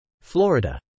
Florida